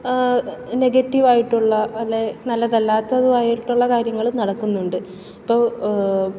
നെഗറ്റീവായിട്ടുള്ള അല്ലെങ്കിൽ നല്ലതല്ലാത്തതുമായിട്ടുള്ള കാര്യങ്ങളും നടക്കുന്നുണ്ട് ഇപ്പോൾ